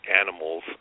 animals